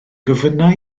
gofynna